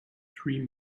three